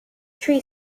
tree